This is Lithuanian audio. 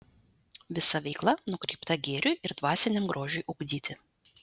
visa veikla nukreipta gėriui ir dvasiniam grožiui ugdyti